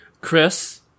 Chris